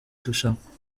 rushanwa